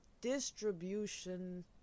Distribution